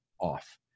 off